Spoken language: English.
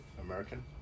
American